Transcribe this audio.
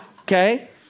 okay